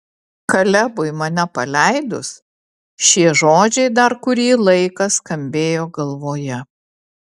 kalebui mane paleidus šie žodžiai dar kurį laiką skambėjo galvoje